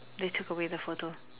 they took away the photo